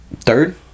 third